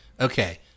Okay